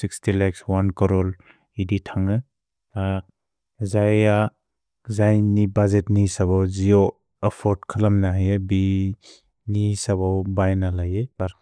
Sixty lakhs, one crore इदि थन्ग्। जयि अ, जयि नि बुद्गेत् नि सबौ, जियो अफ्फोर्द् खलम् न हिए, बि नि सबौ बैन ल हिए फर।